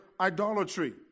idolatry